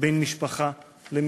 בין משפחה למשפחה.